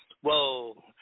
whoa